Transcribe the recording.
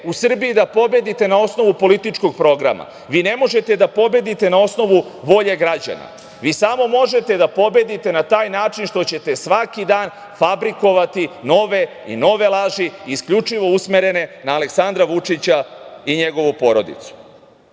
u Srbiji da pobedite na osnovu političkog programa. Vi ne možete da pobedite na osnovu volje građana. Vi samo možete da pobedite na taj način što ćete svaki dan fabrikovati nove i nove laži isključivo usmerene ne Aleksandra Vučića i njegovu porodicu,